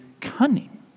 cunning